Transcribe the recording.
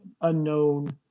unknown